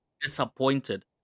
disappointed